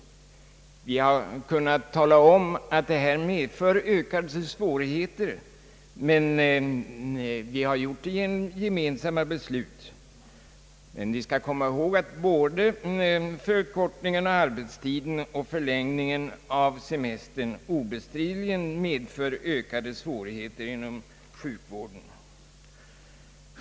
Vi har kunnat tala om att detta medför ökade svårigheter, men vi har gjort det genom gemensamma beslut. Vi skall emellertid komma ihåg att både förkortningen av arbetstiden och förlängningen av semestern obestridligen medför ökade svårigheter inom sjukvården.